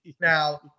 Now